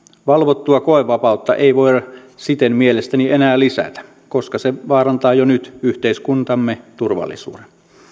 valvottua koevapautta ei voida siten mielestäni enää lisätä koska se vaarantaa jo nyt yhteiskuntamme turvallisuuden